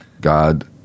God